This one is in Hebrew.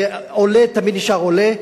כי עולה תמיד נשאר עולה,